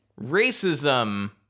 racism